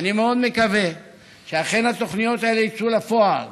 ואני מאוד מקווה שאכן התוכניות האלה יצאו לפועל.